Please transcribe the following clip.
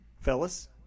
Fellas